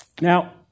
Now